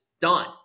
done